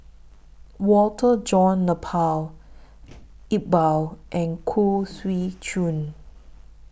Walter John Napier Iqbal and Khoo Swee Chiow